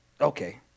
Okay